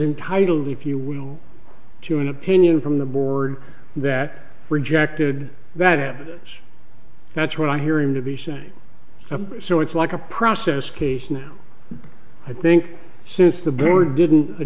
entitled if you will to an opinion from the board that rejected that is that's what i hear him to be saying so it's like a process case now i think since the board didn't